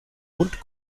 und